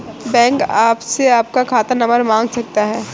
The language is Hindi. बैंक आपसे आपका खाता नंबर मांग सकता है